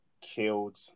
killed